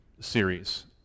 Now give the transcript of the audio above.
series